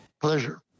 Pleasure